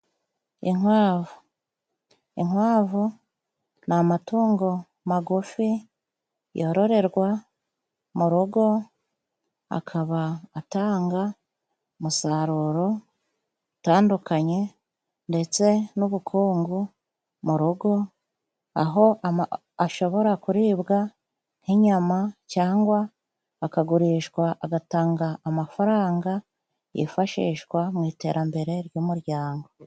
Inkwavu inkwavu ni amatungo magufi yororerwa mu rugo akaba atanga umusaruro utandukanye, ndetse n'ubukungu mu rugo aho ashobora kuribwa nk'inyama cyangwa akagurishwa, agatanga amafaranga yifashishwa mu iterambere ry'umuryango.